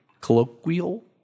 Colloquial